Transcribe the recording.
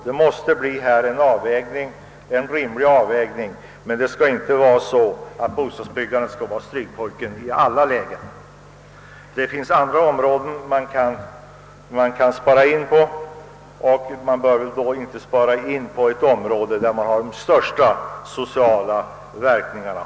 Det måste bli fråga om en rimlig avvägning, men bostadsbyggandet skall inte vara strykpojken i alla lägen, Det finns andra områden, där man kan strama åt investeringarna, och man bör inte göra inskränkningar på det fält där man får de största sociala skadeverkningarna.